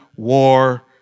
war